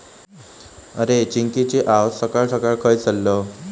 अरे, चिंकिची आऊस सकाळ सकाळ खंय चल्लं?